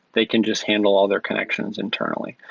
they can just handle all their connections internally.